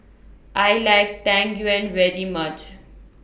I like Tang Yuen very much